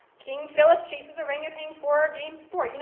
king philip chases orangutan for game sport. you know,